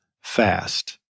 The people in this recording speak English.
Fast